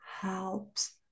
helps